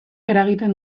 eragiten